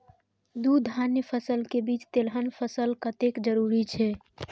दू धान्य फसल के बीच तेलहन फसल कतेक जरूरी छे?